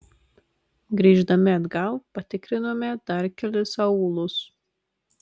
grįždami atgal patikrinome dar kelis aūlus